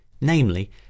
namely